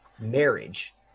marriage